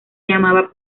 llamaba